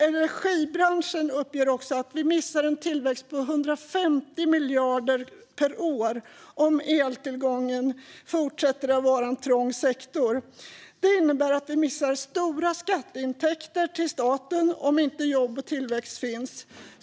Energibranschen uppger också att vi missar en tillväxt på 150 miljarder kronor per år om eltillgången fortsätter att vara en trång sektor. Det innebär att vi missar stora skatteintäkter till staten om inte jobb och tillväxt finns.